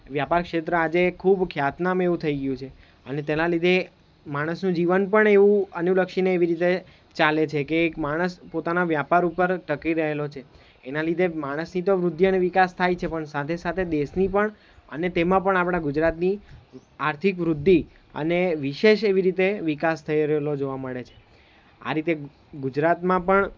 વ્યાપાર ક્ષેત્ર આજે ખૂબ ખ્યાતનામ એવું થઈ ગ્યું છે અને તેના લીધે માણસનું જીવન પણ એવું અનુલક્ષીને એવી રીતે ચાલે છે કે એક માણસ પોતાના વ્યાપાર ઉપર ટકી રહેલો છે એના લીધે માણસની તો વૃદ્ધિ અને વિકાસ થાય છે પણ સાથે સાથે દેશની પણ અને તેમાં પણ આપણા ગુજરાતની આર્થિક વૃદ્ધિ અને વિશેષ એવી રીતે વિકાસ થઈ રહેલો જોવા મળે છે આ રીતે ગુજરાતમાં પણ